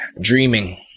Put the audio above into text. dreaming